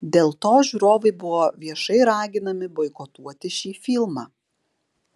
dėl to žiūrovai buvo viešai raginami boikotuoti šį filmą